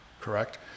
correct